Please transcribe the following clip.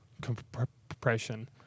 compression